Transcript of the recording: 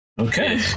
okay